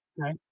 Okay